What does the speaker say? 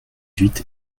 huit